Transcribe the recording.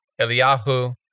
Eliyahu